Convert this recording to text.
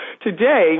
today